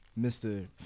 Mr